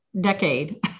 decade